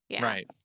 right